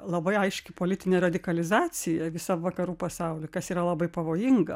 labai aiški politinė radikalizacija visam vakarų pasauly kas yra labai pavojinga